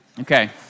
Okay